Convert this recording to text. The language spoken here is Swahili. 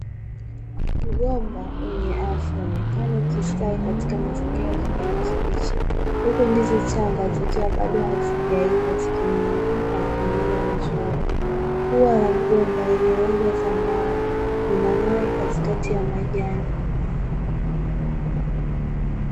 Mgomba wenye afya unaonekana ukistawi katika mazingira ya kijani kibichi huku ndizi changa zikiwa bado hazijaiva zikining'inia kwa mpangilio mzuri. Ua na mgomba lenye rangi ya zambarau linang'ara katikati ya majani.